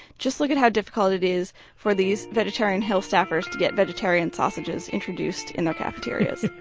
just look at how difficult it is for these vegetarian hill staffers to get vegetarian sausages introduced in their cafeterias